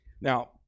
Now